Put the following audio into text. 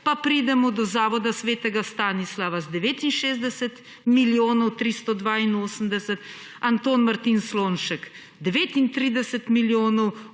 pa pridemo do Zavoda svetega Stanislava z 69 milijonov 382, Anton Martin Slomšek 39 milijonov,